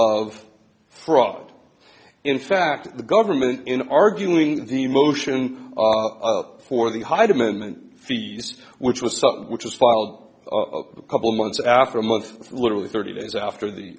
of fraud in fact the government in arguing the motion for the hyde amendment fees which was which was filed a couple months after a month literally thirty days after the